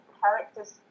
characters